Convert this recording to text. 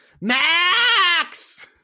Max